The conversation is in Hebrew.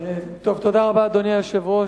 אדוני היושב-ראש,